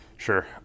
Sure